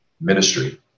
ministry